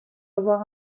avoir